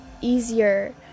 easier